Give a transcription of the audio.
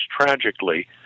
tragically